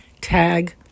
tag